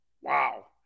Wow